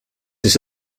his